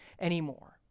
anymore